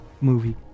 movie